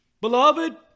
Beloved